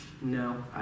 no